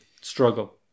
struggle